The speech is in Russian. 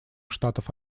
штатов